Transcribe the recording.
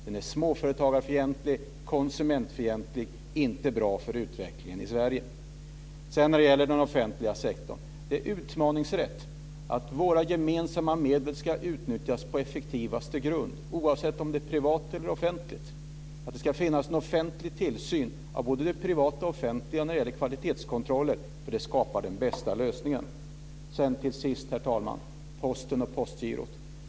Den är småföretagarfientlig, konsumentfientlig, inte bra för utvecklingen i Sverige. När det gäller den offentliga sektorn ska våra gemensamma medel utnyttjas på effektivaste grund, oavsett om det är privat eller offentligt. Det ska finnas en offentlig tillsyn av både det privata och det offentliga när det gäller kvalitetskontroller. Det skapar den bästa lösningen. Till sist, herr talman, Posten och Postgirot.